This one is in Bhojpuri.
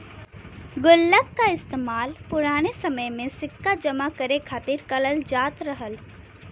गुल्लक का इस्तेमाल पुराने समय में सिक्का जमा करे खातिर करल जात रहल